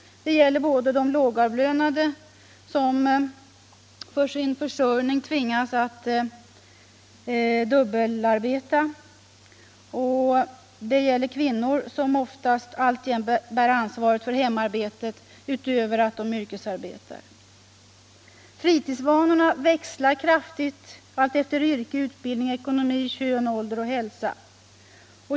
Det gäller både "de lågavlönade, som för sin försörjning tvingas dubbelarbeta, och kvin I Hörna; som oftast alltjämt bär ansvaret för hemarbetet utöver att de yr | kesarbetar. ålder och hälsa.